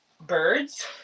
birds